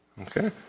Okay